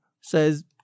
says